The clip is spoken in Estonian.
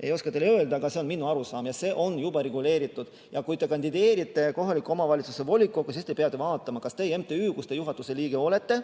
ei oska teile öelda, kus. Aga see on minu arusaam. Ja see on juba reguleeritud. Kui te kandideerite kohaliku omavalitsuse volikokku, siis te peate vaatama, kas see MTÜ, kus te juhatuse liige olete,